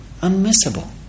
unmissable